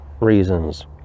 reasons